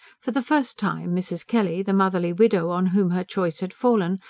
for the first time mrs. kelly, the motherly widow on whom her choice had fallen,